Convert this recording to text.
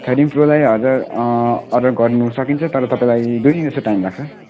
thirteen प्रोलाई हजुर order गर्नु सकिन्छ तर तपाईँलाई दुई दिनजस्तो टाइम लाग्छ